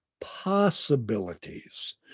possibilities